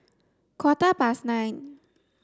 quarter past nine